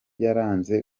yaranze